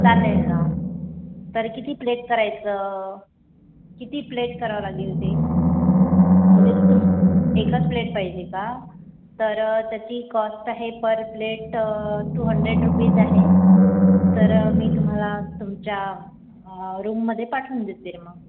चालेल ना तर किती प्लेट करायचं किती प्लेट करावं लागेल ते म्हणजे तुम एकच प्लेट पाहिजे का तर त्याची कॉस्ट आहे per plate two hundred rupees आहे तर मी तुम्हाला तुमच्या रूममध्ये पाठवून देते मग